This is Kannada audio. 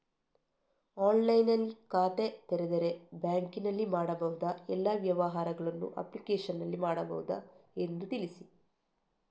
ಆನ್ಲೈನ್ನಲ್ಲಿ ಖಾತೆ ತೆರೆದರೆ ಬ್ಯಾಂಕಿನಲ್ಲಿ ಮಾಡಬಹುದಾ ಎಲ್ಲ ವ್ಯವಹಾರಗಳನ್ನು ಅಪ್ಲಿಕೇಶನ್ನಲ್ಲಿ ಮಾಡಬಹುದಾ ಎಂದು ತಿಳಿಸಿ?